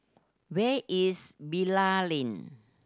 where is Bilal Lane